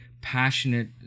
passionate